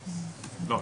לא.